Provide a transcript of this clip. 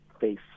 face